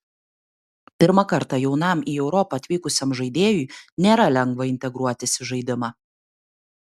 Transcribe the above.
pirmą kartą jaunam į europą atvykusiam žaidėjui nėra lengva integruotis į žaidimą